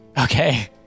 okay